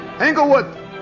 Englewood